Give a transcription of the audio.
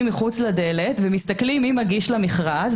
עומדים מחוץ לדלת ומסתכלים מי מגיש למכרז,